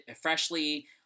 freshly